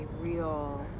real